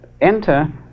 enter